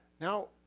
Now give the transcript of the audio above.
Now